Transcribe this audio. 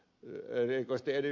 erikoisesti ed